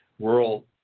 rural